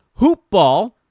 hoopball